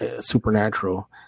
supernatural